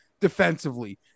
defensively